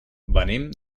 venim